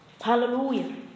Hallelujah